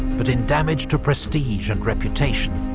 but in damage to prestige and reputation.